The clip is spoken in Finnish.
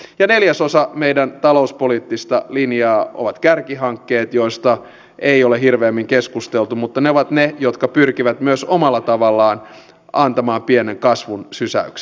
ja neljäs osa meidän talouspoliittista linjaamme ovat kärkihankkeet joista ei ole hirveämmin keskusteltu mutta ne ovat ne jotka myös pyrkivät omalla tavallaan antamaan pienen kasvun sysäyksen